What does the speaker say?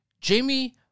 Jamie